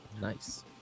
Nice